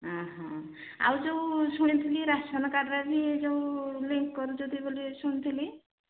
ହଁ ହଁ ଆଉ ଯୋଉ ଶୁଣି ଥିଲି ରାସନ କାର୍ଡ଼ରେ ବି ଯୋଉ ଲିଙ୍କ୍ କରିଛନ୍ତି ବୋଲି ଶୁଣିଥିଲି